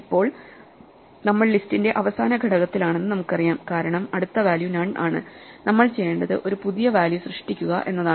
ഇപ്പോൾ നമ്മൾ ലിസ്റ്റിന്റെ അവസാന ഘടകത്തിലാണെന്ന് നമുക്കറിയാം കാരണം അടുത്ത വാല്യൂ നൺ ആണ് നമ്മൾ ചെയ്യേണ്ടത് ഒരു പുതിയ വാല്യൂ സൃഷ്ടിക്കുക എന്നതാണ്